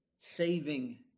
saving